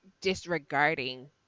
disregarding